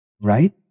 Right